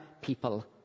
people